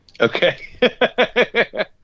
Okay